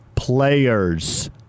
players